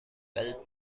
well